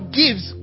gives